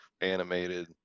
animated